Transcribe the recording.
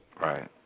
Right